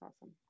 awesome